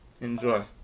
Enjoy